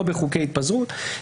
לא בחוקי התפזרות.